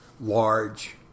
large